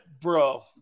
Bro